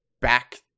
back